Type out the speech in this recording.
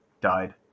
died